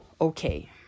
okay